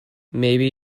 maybe